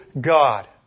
God